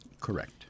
Correct